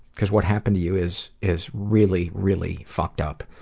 cause what happened to you is is really, really fucked up.